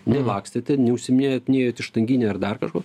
nelakstėte neužsiiminėjot nėjot į štanginę ar dar kažkur